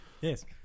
Yes